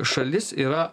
šalis yra